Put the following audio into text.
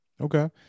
okay